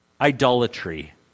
Idolatry